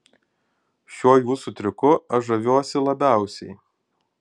šiuo jūsų triuku aš žaviuosi labiausiai